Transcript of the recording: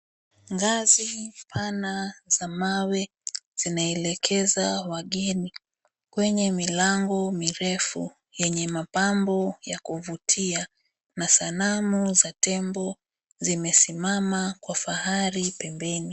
Ngazi pana za mawe zinaelekeza wageni kwenye milango mirefu yenye mapambo ya kuvutia na sanamu za tembo zimesimama kwa fahari pembeni.